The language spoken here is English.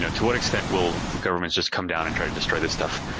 yeah to what extent will the governments just come down and try to destroy this stuff?